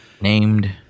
Named